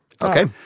Okay